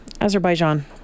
Azerbaijan